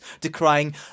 decrying